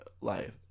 life